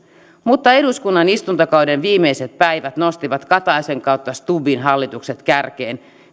mutta eduskunnan istuntokauden viimeiset päivät nostivat kataisen stubbin hallitukset kärkeen